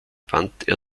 wandte